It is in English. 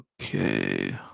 Okay